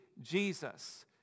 Jesus